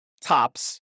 tops